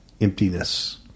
emptiness